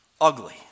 Ugly